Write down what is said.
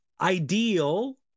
ideal